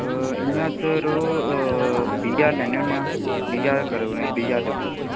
इ'यां अस यरो बीह् ज्हार लैन्ने होन्ने आं बीह् ज्हार करेओ बीह् जहार देई ओड़ेओ